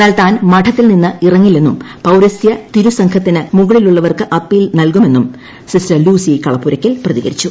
എന്നാൽ താൻ മഠത്തിൽ നീന്ന് ഇറങ്ങില്ലെന്നും പൌരസ്ത്യ തിരുസംഘത്തിന് മുകളിലുള്ളവർക്ക് അപ്പീൽ നൽകുമെന്നും സിസ്റ്റർ ലൂസി കളപ്പുരയ്ക്കൽ പ്രതികരിച്ചു